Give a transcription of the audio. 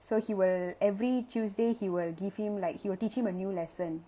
so he will every tuesday he will give him like he will teach him a new lesson